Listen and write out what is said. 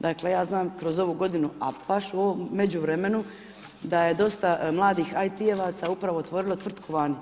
Dakle, ja znam kroz ovu godinu a baš u ovom međuvremenu da je dosta mladih IT-evaca upravo otvorilo tvrtku vani.